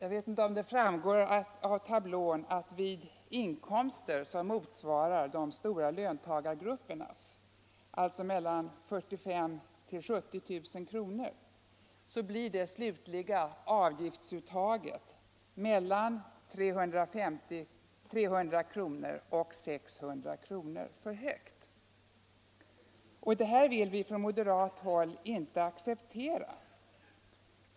Av tablån framgår dels att vid inkomster som motsvarar de stora löntagargruppernas, alltså mellan 45 000 och 70 000 kr. per år, blir det slutliga avgiftsuttaget mellan 300 kr. och 600 kr. för stort. Detta vill vi från moderat håll inte acceptera.